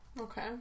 Okay